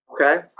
Okay